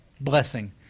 blessing